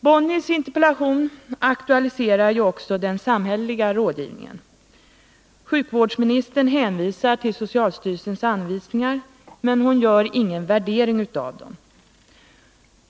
Bonnie Bernströms interpellation aktualiserar också den samhälleliga rådgivningen. Sjukvårdsministern hänvisar till socialstyrelsens anvisningar, 105 men hon gör ingen värdering av dem.